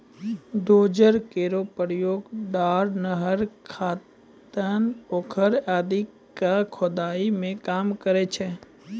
dozer केरो प्रयोग डार, नहर, खनता, पोखर आदि क खुदाई मे काम करै छै